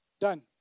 Done